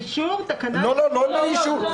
לאישור תקנה לא העבירו.